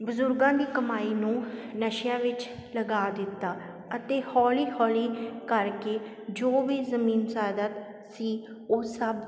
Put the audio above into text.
ਬਜ਼ੁਰਗਾਂ ਦੀ ਕਮਾਈ ਨੂੰ ਨਸ਼ਿਆਂ ਵਿੱਚ ਲਗਾ ਦਿੱਤਾ ਅਤੇ ਹੌਲੀ ਹੌਲੀ ਕਰਕੇ ਜੋ ਵੀ ਜ਼ਮੀਨ ਜਾਇਦਾਦ ਸੀ ਉਹ ਸਭ